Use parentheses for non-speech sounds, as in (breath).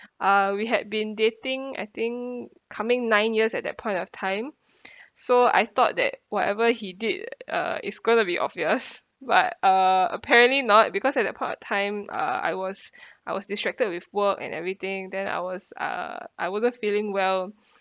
uh we had been dating I think coming nine years at that point of time (breath) so I thought that whatever he did uh it's gonna be obvious but uh apparently not because at that point of time uh I was (breath) I was distracted with work and everything then I was uh I wasn't feeling well (breath)